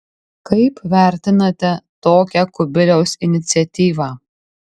kaip vertinate tokią kubiliaus iniciatyvą